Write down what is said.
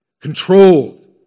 Controlled